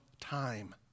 time